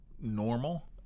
normal